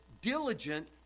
diligent